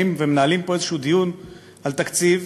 מנהלים פה איזשהו דיון על תקציב,